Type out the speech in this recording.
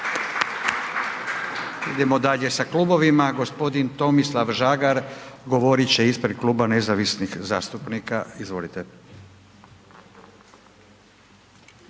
Idemo dalje sa klubovima, g. Tomislav Žagar govorit će u ime Kluba nezavisnih zastupnika, izvolite.